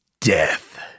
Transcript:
Death